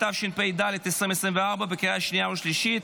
התשפ"ד 2024, לקריאה שנייה ושלישית.